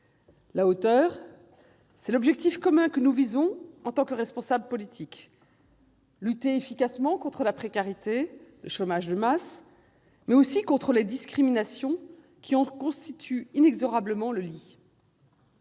La hauteur, c'est l'objectif commun que nous visons en tant que responsables politiques : lutter efficacement contre la précarité et le chômage de masse, mais aussi contre les discriminations qui en constituent inexorablement le lit.